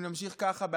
אם נמשיך ככה,